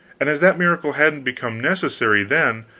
and as that miracle hadn't become necessary then,